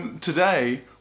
Today